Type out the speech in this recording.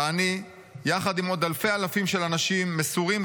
ואני יחד עם עוד אלפי אלפים של אנשים מסורים,